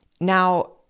Now